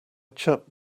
chirp